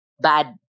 bad